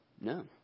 No